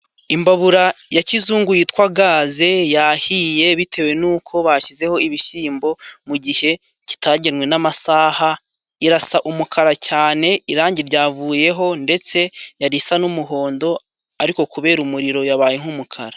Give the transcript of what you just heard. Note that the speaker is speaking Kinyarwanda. Imbabura ya kizungu yitwa gaze yahiye bitewe n'uko bashyizeho ibishyimbo mu gihe kitagenwe n'amasaha irasa umukara cyane irangi ryavuyeho ndetse yari isa n'umuhondo ariko kubera umuriro yabaye nk'umukara.